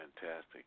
fantastic